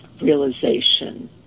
Realization